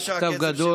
בכתב גדול.